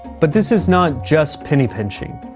but this is not just penny pinching.